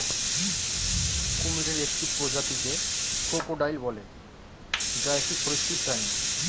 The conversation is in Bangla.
কুমিরের একটি প্রজাতিকে ক্রোকোডাইল বলে, যা একটি সরীসৃপ প্রাণী